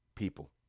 People